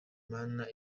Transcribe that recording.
mana